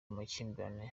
amakimbirane